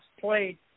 played